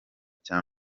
cya